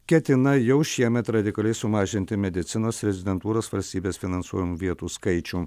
ketina jau šiemet radikaliai sumažinti medicinos rezidentūros valstybės finansuojamų vietų skaičių